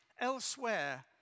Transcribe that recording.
elsewhere